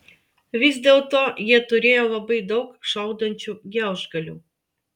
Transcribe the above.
vis dėlto jie turėjo labai daug šaudančių gelžgalių